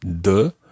de